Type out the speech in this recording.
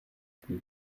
plus